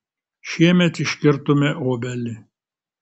šiemet iškirtome obelį